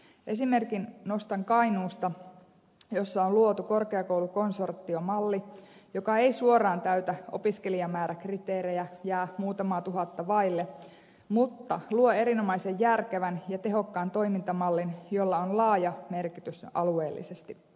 esimerkin nostan kainuusta jossa on luotu korkeakoulukonsortiomalli joka ei suoraan täytä opiskelijamääräkriteerejä jää muutamaa tuhatta vaille mutta luo erinomaisen järkevän ja tehokkaan toimintamallin jolla on laaja merkitys alueellisesti